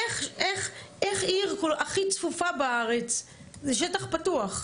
איך עיר הכי צפופה בארץ זה שטח פתוח.